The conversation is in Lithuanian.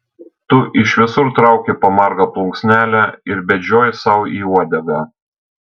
tu iš visur trauki po margą plunksnelę ir bedžioji sau į uodegą